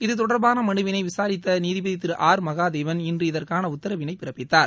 இதுதொடர்பாள மனுவினை விசாரித்த நீதிபதி திரு ஆர் மகாதேவன் இன்று இதற்கான உத்தரவினை பிறப்பித்தார்